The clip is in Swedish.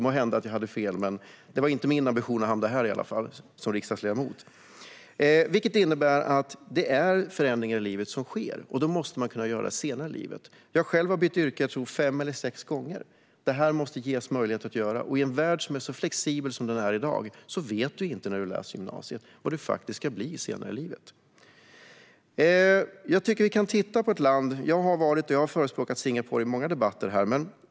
Måhända har jag fel, men det var i alla fall inte min ambition att hamna här som riksdagsledamot. Förändringar sker och måste kunna göras senare i livet. Själv har jag bytt yrke fem eller sex gånger, tror jag. Det måste ges möjlighet att göra detta. I en värld som är så flexibel som dagens vet du inte när du läser på gymnasiet vad du faktiskt ska bli senare i livet. Vi kan titta på ett land som Singapore. Jag har varit där, och jag har förespråkat deras metod i många debatter här.